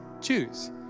choose